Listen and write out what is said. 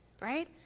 right